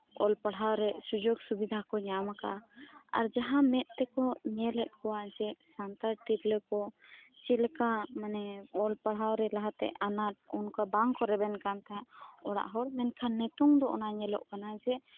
ᱚᱞ ᱯᱟᱲᱦᱟᱣ ᱨᱮ ᱥᱩᱡᱚᱜ ᱥᱩᱵᱤᱫᱷᱟᱠᱩ ᱧᱟᱢ ᱟᱠᱟᱫᱟ ᱟᱨ ᱡᱟᱦᱟᱸ ᱢᱮᱫᱛᱮᱠᱩ ᱧᱮᱞᱮᱫ ᱠᱚᱣᱟ ᱡᱮ ᱥᱟᱱᱛᱟᱲ ᱛᱤᱨᱞᱟᱹᱠᱩ ᱪᱮᱫᱞᱮᱠᱟ ᱢᱟᱱᱮ ᱚᱞ ᱯᱟᱲᱦᱟᱣ ᱨᱮ ᱞᱟᱦᱟᱛᱮ ᱟᱱᱟᱴ ᱚᱱᱠᱟ ᱵᱟᱝᱠᱩ ᱨᱮᱵᱮᱱ ᱠᱟᱱᱛᱟᱦᱮᱸᱜ ᱚᱲᱟᱜ ᱦᱚᱲ ᱢᱮᱱᱠᱷᱟᱱ ᱱᱤᱛᱚᱜ ᱫᱚ ᱚᱱᱟ ᱧᱮᱞᱚᱜ ᱠᱟᱱᱟ ᱡᱮ